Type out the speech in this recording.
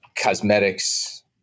cosmetics